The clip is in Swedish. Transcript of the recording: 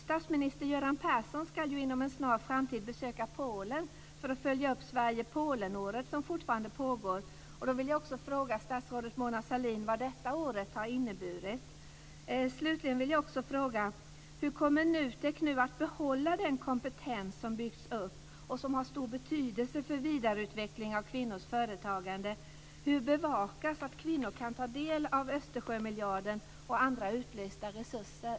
Statsminister Göran Persson ska inom en snar framtid besöka Polen för att följa upp Sverige-Polenåret som fortfarande pågår. Jag vill också fråga statsrådet Mona Sahlin vad detta år har inneburit. Hur kommer NUTEK att behålla den kompetens som byggts upp och som har stor betydelse för vidareutveckling av kvinnors företagande? Hur bevakas att kvinnor kan ta del av Östersjömiljarden och andra utlysta resurser?